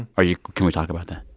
are you can we talk about that?